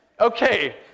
Okay